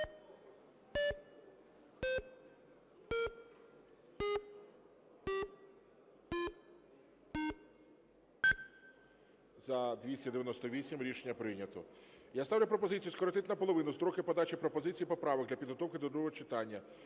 За-298 Рішення прийнято. Я ставлю пропозицію скоротити наполовину строки подачі пропозицій і поправок для підготовки для другого читання